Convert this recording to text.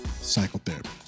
psychotherapy